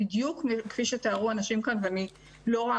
בדיוק כפי שתיארו האנשים כאן ואני לא רוצה